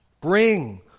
Bring